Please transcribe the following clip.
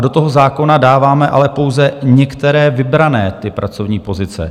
Do toho zákona dáváme ale pouze některé vybrané pracovní pozice.